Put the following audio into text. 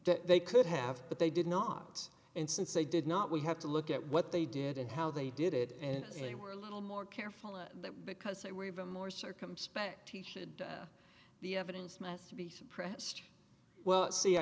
that they could have but they did not and since they did not we have to look at what they did and how they did it and they were a little more careful because they were even more circumspect the evidence must be suppressed well see i